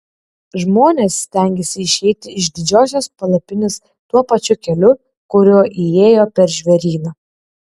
žmonės stengiasi išeiti iš didžiosios palapinės tuo pačiu keliu kuriuo įėjo per žvėryną